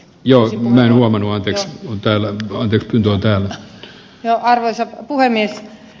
jos ihminen vaunua keksi teille on tyystin tuntoja ja arvoisa puhemies